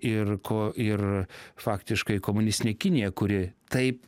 ir ko ir faktiškai komunistinė kinija kuri taip